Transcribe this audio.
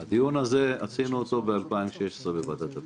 את הדיון הזה עשיתי ב-2016 בוועדת הפנים.